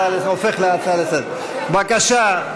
מס' 11746. בבקשה,